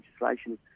legislation